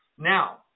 Now